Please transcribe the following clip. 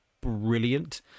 brilliant